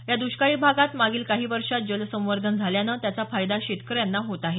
या दुष्काळी भागात मागील काही वर्षांत जलसंवर्धन झाल्यानं त्याचा फायदा शेतकऱ्यांना होत आहे